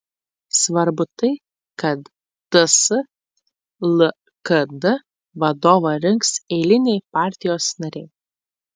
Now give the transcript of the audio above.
svarbu tai kad ts lkd vadovą rinks eiliniai partijos nariai